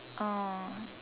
oh